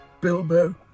Bilbo